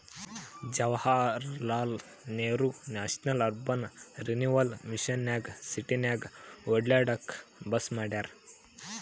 Jawaharlal Nehru national urban renewal mission ನಾಗ್ ಸಿಟಿನಾಗ್ ಒಡ್ಯಾಡ್ಲೂಕ್ ಬಸ್ ಮಾಡ್ಯಾರ್